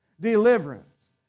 Deliverance